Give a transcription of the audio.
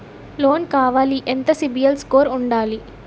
Loan కావాలి ఎంత CIBIL score ఉండాలి?